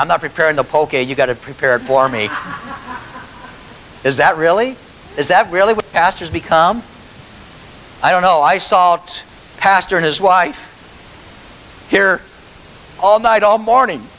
i'm not preparing the pope and you've got to prepare for me is that really is that really what pastors become i don't know i salts pastor and his wife here all night all morning